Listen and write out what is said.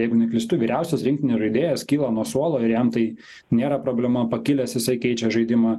jeigu neklystu vyriausias rinktinės žaidėjas kyla nuo suolo ir jam tai nėra problema pakilęs jisai keičia žaidimą